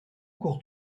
cours